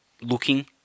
looking